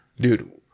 Dude